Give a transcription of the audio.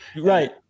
right